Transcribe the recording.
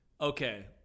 Okay